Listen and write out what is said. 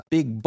big